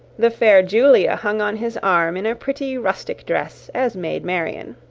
the fair julia hung on his arm in a pretty rustic dress, as maid marian.